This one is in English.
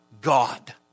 God